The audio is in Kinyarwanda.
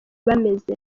bameze